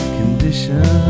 condition